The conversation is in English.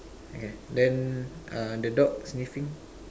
okay then uh the dog sniffing